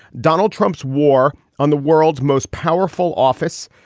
donald trump's war on the world's most powerful office.